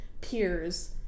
peers